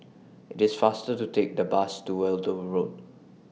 IT IS faster to Take The Bus to Weld Road